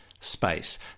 Space